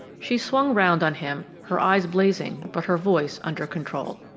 she swung round on him, her eyes blazing but her voice under control.